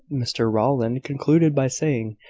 mr rowland concluded by saying,